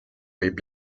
võib